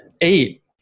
eight